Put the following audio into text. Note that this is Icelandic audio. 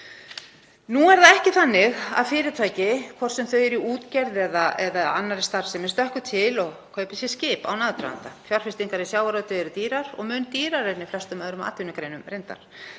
Nú er það ekki þannig að fyrirtæki, hvort sem þau eru í útgerð eða annarri starfsemi, stökkvi til og kaupi sér skip án aðdraganda. Fjárfestingar í sjávarútvegi eru dýrar og reyndar mun dýrari en í flestum öðrum atvinnugreinum og eru